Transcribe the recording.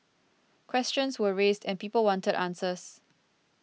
questions were raised and people wanted answers